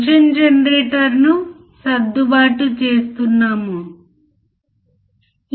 04 యొక్క ఇన్పుట్ను వర్తించేటప్పుడు మనము 12